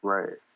Right